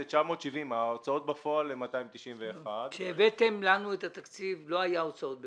זה 970,000. ההוצאות בפועל הן 291,000. כשהבאתם לנו את התקציב לא היו הוצאות בפועל.